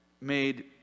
made